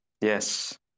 Yes